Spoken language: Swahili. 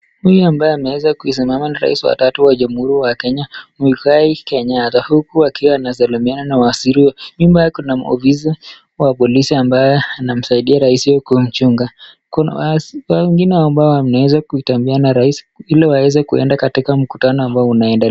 Huyu ambaye ameweza kusimama ni rais wa tatu wa Jamhuri ya Kenya, Muigai Kenyatta, huku akiwa anasalimiana na waziri. Nyuma yake kuna ofisa wa polisi ambaye anamsaidia rais huyo kumchunga. Kuna waziri wengine ambao wameweza kutembea na rais ili waweze kwenda katika mkutano ambao unaendelea.